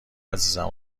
عزیزم